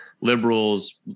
liberals